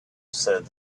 said